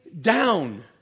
down